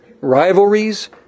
rivalries